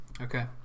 Okay